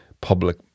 public